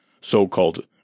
so-called